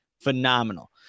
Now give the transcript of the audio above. phenomenal